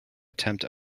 attempt